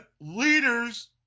leaders